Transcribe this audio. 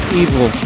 evil